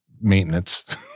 maintenance